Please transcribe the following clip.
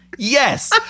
Yes